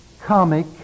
comic